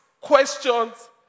questions